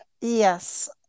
Yes